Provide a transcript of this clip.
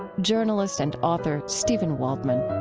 journalist and author steven waldman